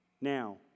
Now